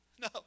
No